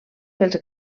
pels